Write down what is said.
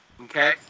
okay